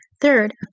Third